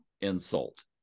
insult